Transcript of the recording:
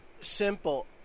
Simple